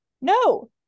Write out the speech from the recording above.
No